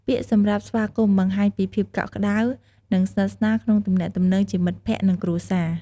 ពាក្យសម្រាប់ ស្វាគមន៍ បង្ហាញពីភាពកក់ក្តៅ និងស្និទ្ធស្នាលក្នុងទំនាក់ទំនងជាមិត្តភក្តិ និងគ្រួសារ។។